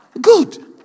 Good